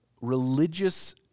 religious